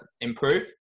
improve